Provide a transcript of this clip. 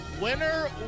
winner